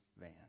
van